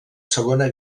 segona